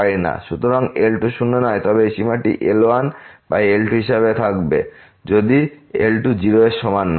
সুতরাং যদি L2 শূন্য না হয় তবে এই সীমাটি L1L2 হিসাবেও থাকবে যদি L2 0 এর সমান না হয়